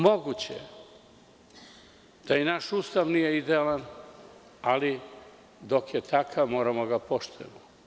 Moguće da i naš Ustav nije idealan, ali dok je takav moramo da ga poštujemo.